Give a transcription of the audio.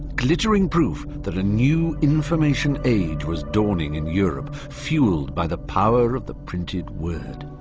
glittering proof that a new information age was dawning in europe, fuelled by the power of the printed word.